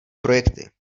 projekty